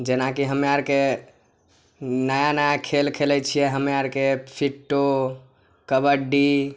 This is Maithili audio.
जेनाकी हमे आरके नया नया खेल खेलै छियै हमे आरके फिट्टो कबड्डी